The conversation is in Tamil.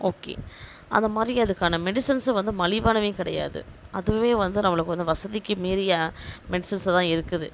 ஓகே அதை மாதிரி அதுக்கான மெடிசன்ஸும் வந்து மலிவானவை கிடையாது அதுவே வந்து நம்மளுக்கு வந்து வசதிக்கு மீறிய மெடிசன்ஸாக தான் இருக்குது